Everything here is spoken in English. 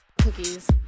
cookies